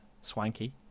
swanky